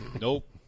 Nope